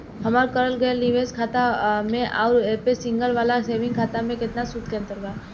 हमार करल गएल निवेश वाला खाता मे आउर ऐसे सिंपल वाला सेविंग खाता मे केतना सूद के अंतर बा?